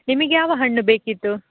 ನಿಮಗೆ ಯಾವ ಹಣ್ಣು ಬೇಕಿತ್ತು